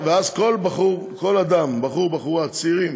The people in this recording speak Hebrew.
אז כל אדם, בחור, בחורה, צעירים,